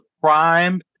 prime